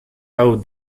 how